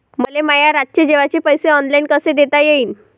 मले माया रातचे जेवाचे पैसे ऑनलाईन कसे देता येईन?